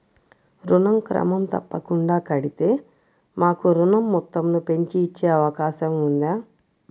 ఋణం క్రమం తప్పకుండా కడితే మాకు ఋణం మొత్తంను పెంచి ఇచ్చే అవకాశం ఉందా?